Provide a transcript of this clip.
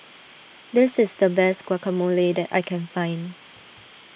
this is the best Guacamole that I can find